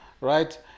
right